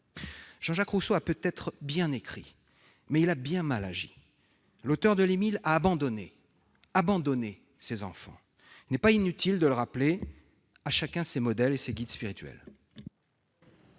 Jean-Jacques Rousseau : il a peut-être bien écrit, mais il a bien mal agi ! L'auteur de l'a abandonné ses enfants ! Il n'est pas inutile de le rappeler. À chacun ses modèles et ses guides spirituels